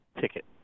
ticket